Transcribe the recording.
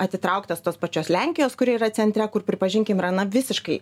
atitrauktas tos pačios lenkijos kuri yra centre kur pripažinkim yra na visiškai